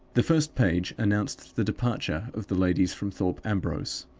the first page announced the departure of the ladies from thorpe ambrose.